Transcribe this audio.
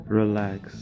relax